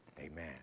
Amen